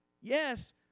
Yes